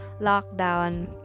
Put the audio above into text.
lockdown